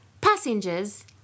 passengers